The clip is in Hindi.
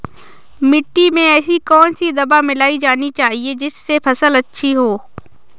मिट्टी में ऐसी कौन सी दवा मिलाई जानी चाहिए जिससे फसल अच्छी हो?